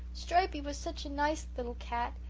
stripey was such a nice little cat.